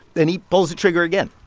then he pulls the trigger again